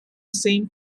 same